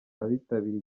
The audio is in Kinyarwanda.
abitabiriye